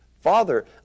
Father